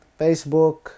Facebook